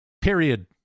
Period